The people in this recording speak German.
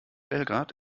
belgrad